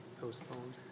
postponed